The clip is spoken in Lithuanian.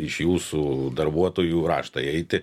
iš jūsų darbuotojų raštai eiti